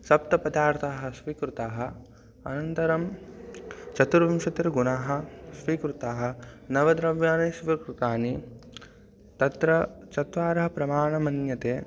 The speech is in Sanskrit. सप्तपदार्थाः स्वीकृताः अनन्तरं चतुर्विंशतिर्गुणाः स्वीकृताः नवद्रव्याणि स्वीकृतानि तत्र चत्वारः प्रमाणं मन्यन्ते